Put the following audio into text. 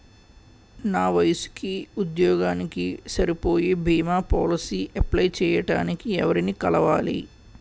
నా వయసుకి, ఉద్యోగానికి సరిపోయే భీమా పోలసీ అప్లయ్ చేయటానికి ఎవరిని కలవాలి?